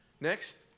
Next